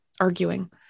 arguing